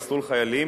"מסלול חיילים",